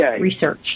research